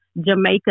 Jamaica